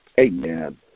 Amen